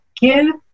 give